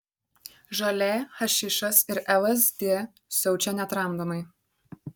žolė hašišas ir lsd siaučia netramdomai